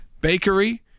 bakery